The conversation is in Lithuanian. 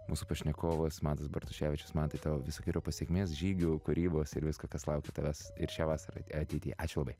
mūsų pašnekovas mantas bartuševičius mantai tau visokeriopos sėkmės žygių kūrybos ir visko kas laukia tavęs ir šią vasarą ateityje ačiū labai